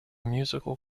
musical